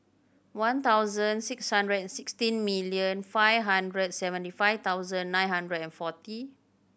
one thousand six hundred and sixteen million five hundred and seventy five thousand nine hundred and forty